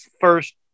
first